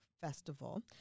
festival